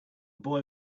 boy